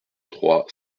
trois